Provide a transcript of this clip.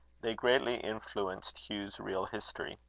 they greatly influenced hugh's real history.